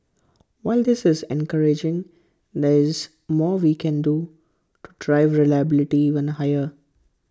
while this is encouraging there is more we can do to drive reliability even higher